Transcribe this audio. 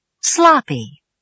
Sloppy